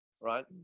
right